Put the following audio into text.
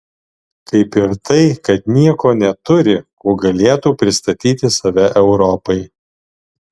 kaip ir tai kad nieko neturi kuo galėtų pristatyti save europai